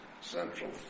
Central